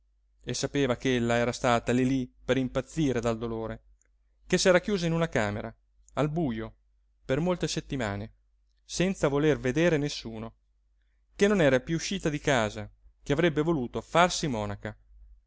e sapeva ch'ella era stata lí lí per impazzire dal dolore che s'era chiusa in una camera al bujo per molte settimane senza voler vedere nessuno che non era piú uscita di casa che avrebbe voluto farsi monaca